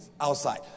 outside